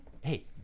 hey